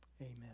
Amen